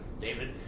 David